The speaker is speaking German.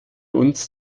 uns